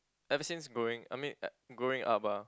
ever since growing I mean uh growing up ah